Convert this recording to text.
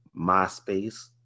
MySpace